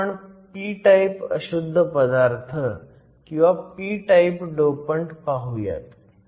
आता आपण p type अशुद्ध पदार्थ किंवा p टाईप डोपंट पाहुयात